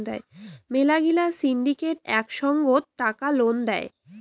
মেলা গিলা সিন্ডিকেট এক সঙ্গত টাকা লোন দেয়